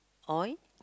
oil